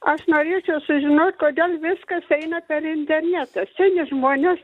aš norėčiau sužinoti kodėl viskas eina per internetą seni žmonės